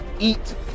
eat